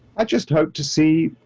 i just hope to see,